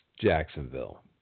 Jacksonville